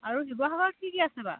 আৰু শিৱসাগৰত কি কি আছে বাৰু